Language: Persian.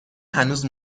هنوز